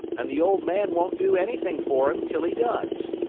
and the old man won't do anything for him till he does.